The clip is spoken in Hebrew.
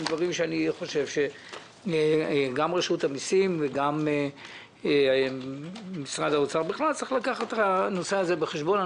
גם רשות המיסים וגם משרד האוצר צריכים לקחת את הנושא הזה בחשבון.